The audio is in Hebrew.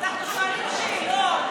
אנחנו שואלים שאלות,